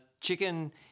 Chicken